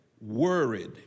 worried